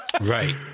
Right